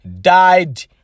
died